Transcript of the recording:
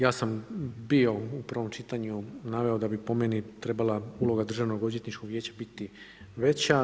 Ja sam bio u prvom čitanju naveo da bi po meni trebala uloga državno-odvjetničkog vijeća biti veća.